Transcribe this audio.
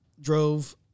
drove